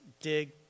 dig